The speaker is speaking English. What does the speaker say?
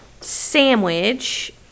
sandwich